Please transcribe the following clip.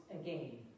again